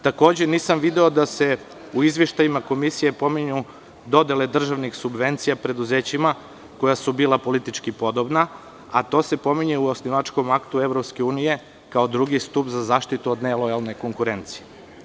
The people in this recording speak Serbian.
Takođe nisam video da se u izveštajima komisije pominju dodele državnih subvencija preduzećima koja su bila politički podobna, a to se pominje u osnivačkom aktu EU kao drugi stub za zaštitu od nelojalne konkurencije.